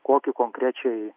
kokiu konkrečiai